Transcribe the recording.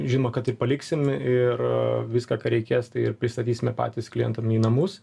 žinoma kad ir paliksim ir viską ką reikės tai ir pristatysime patys klientam į namus